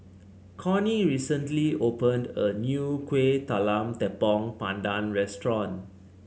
Connie recently opened a new Kuih Talam Tepong Pandan Restaurant